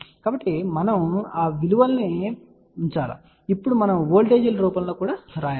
కాబట్టి మనం ఆ విలువలను ఉంచాలి మరియు ఇప్పుడు మనం వోల్టేజీల రూపంలో కూడా వ్రాయాలి